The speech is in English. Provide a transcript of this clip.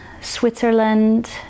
switzerland